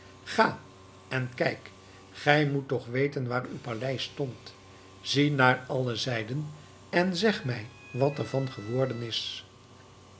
ga en kijk gij moet toch weten waar uw paleis stond zie naar alle zijden en zeg mij wat ervan geworden is